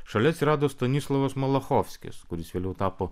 šalia atsirado stanislovas malachovskis kuris vėliau tapo